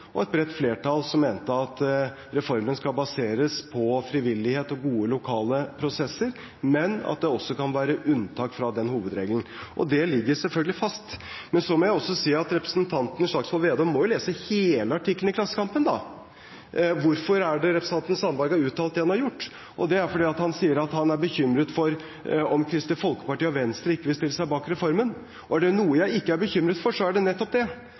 og et bredt flertall som mente at reformen skal baseres på frivillighet og gode lokale prosesser, men at det også kan være unntak fra den hovedregelen. Det ligger selvfølgelig fast. Så må jeg si at representanten Slagsvold Vedum må lese hele artikkelen i Klassekampen – hvorfor har representanten Sandberg uttalt det han har gjort? Det er fordi han er bekymret for at Kristelig Folkeparti og Venstre ikke vil stille seg bak reformen. Er det noe jeg ikke er bekymret for, er det nettopp det.